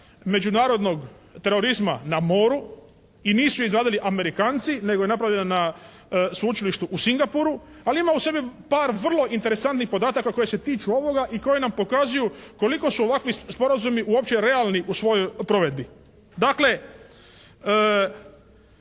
međunarodnog terorizma na moru i nisu je izradili Amerikanci nego je napravljena na sveučilištu u Singapuru, ali ima u sebi par vrlo interesantnih podataka koji se tiču ovoga i koji nam pokazuju koliko su ovakvi sporazumi uopće realni u svojoj provedbi. Dakle